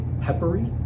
peppery